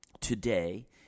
today